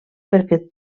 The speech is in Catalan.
perquè